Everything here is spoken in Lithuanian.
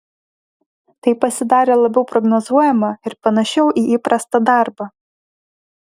tai pasidarė labiau prognozuojama ir panašiau į įprastą darbą